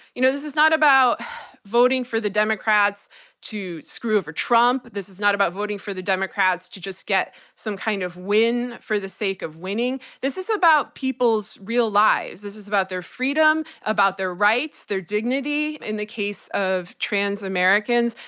you know, this is not about voting for the democrats to screw over trump, this is not about voting for the democrats to just get some kind of win for the sake of winning. this is about people's real lives. this is about their freedom, about their rights, their dignity. in the case of trans americans,